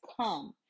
come